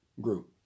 group